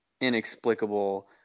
inexplicable